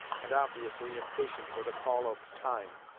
and obviously impatient for the call of time.